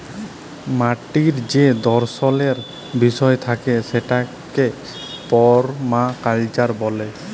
মাটির যে দর্শলের বিষয় থাকে সেটাকে পারমাকালচার ব্যলে